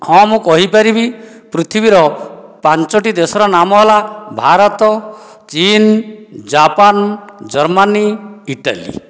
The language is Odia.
ହଁ ମୁଁ କହିପାରିବି ପୃଥିବୀର ପାଞ୍ଚୋଟି ଦେଶର ନାମ ହେଲା ଭାରତ ଚୀନ୍ ଜାପାନ ଜର୍ମାନୀ ଇଟାଲୀ